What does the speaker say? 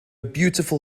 beautiful